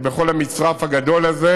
בכל המצרף הגדול הזה,